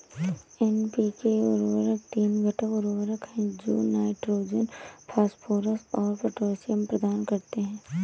NPK उर्वरक तीन घटक उर्वरक हैं जो नाइट्रोजन, फास्फोरस और पोटेशियम प्रदान करते हैं